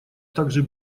также